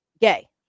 gay